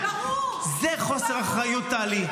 זה חוסר אחריות, טלי.